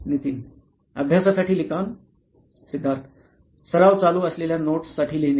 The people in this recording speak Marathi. नितीन अभ्यासासाठी लिखाण सिद्धार्थ सराव चालू असलेल्या नोट्स साठी लिहिणे